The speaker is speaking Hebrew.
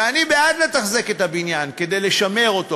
ואני בעד לתחזק את הבניין כדי לשמר אותו,